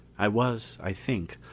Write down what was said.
i was, i think,